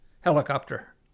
helicopter